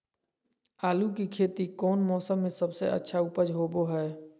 आलू की खेती कौन मौसम में सबसे अच्छा उपज होबो हय?